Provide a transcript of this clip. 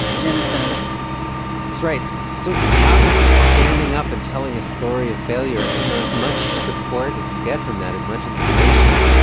do you understand? so right so how does standing up and telling a story of failure, you know, as much support as you get from that as much inspiration,